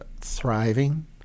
thriving